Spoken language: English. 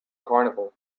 carnival